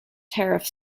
tariff